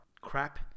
crap